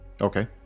okay